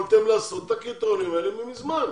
את הקריטריונים האלה יכולתם לעשות מזמן.